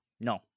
no